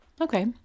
Okay